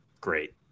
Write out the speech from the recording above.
great